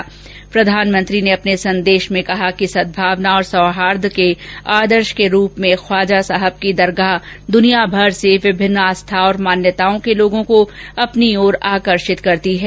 अपने संदेश में प्रधानमंत्री ने कहा कि सद्भावना और सौहार्द के आदर्श के रूप में ख्वाजा साहब की दरगाह दूनियाभर से विभिन्न आस्था और मान्यताओं के लोगों को अपनी ओर आकर्षित करती है